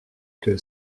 que